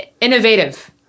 Innovative